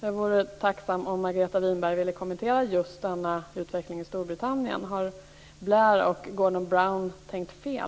Jag vore tacksam om Margareta Winberg ville kommentera just denna utveckling i Storbritannien. Har Blair och Gordon Brown tänkt fel?